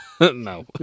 No